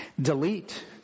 Delete